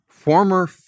former